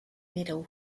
medal